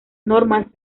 normas